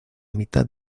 mitad